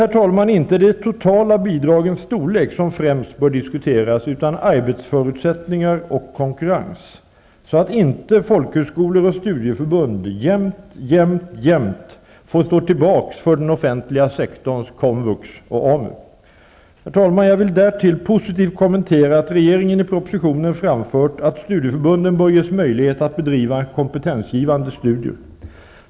Här är det inte de totala bidragens storlek som främst bör diskuteras, utan arbetsförutsättningar och konkurrens, så att inte folkhögskolor och studieförbund jämt får stå tillbaka för den offentliga sektorns komvux och Herr talman! Därtill vill jag positivt kommentera att regeringen i propositionen framfört att studieförbunden bör ges möjlighet att bedriva kompetensgivande studier.